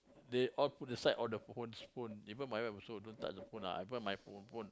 they all put aside all the phones phone even my wife also don't touch the phone ah I brought my own phone